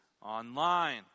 online